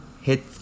hit